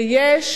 ויש